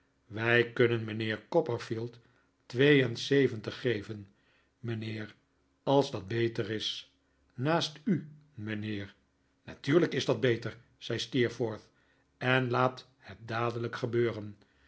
wij kunnen mijnheer copperfield twee en zeventig geven mijnheer als dat beter is naast u mijnheer natuurlijk is dat beter zei steerforth en laat het dadelijk gebeuren